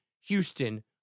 Houston